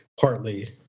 partly